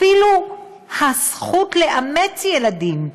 אפילו הזכות לאמץ ילדים,